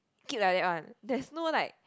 keep like that one there's no like